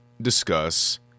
discuss